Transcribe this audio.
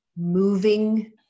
moving